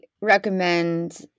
recommend